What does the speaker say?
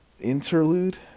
interlude